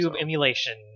emulation